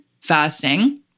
fasting